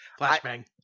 Flashbang